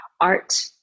art